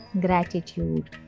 gratitude